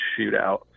shootout